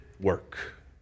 work